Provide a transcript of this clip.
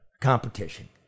competition